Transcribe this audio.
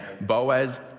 Boaz